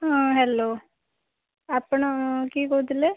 ହଁ ହ୍ୟାଲୋ ଆପଣ କିଏ କହୁଥିଲେ